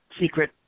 secret